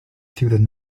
through